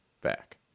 back